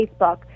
Facebook